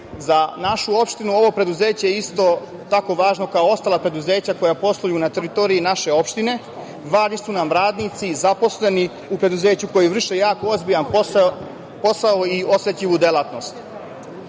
za našu opštinu ovo preduzeće je isto tako važno kao ostala preduzeća koja posluju na teritoriji naše opštine, važni su nam radnici i zaposleni u preduzeću koji vrše jako ozbiljan posao i osetljivu delatnost. Svi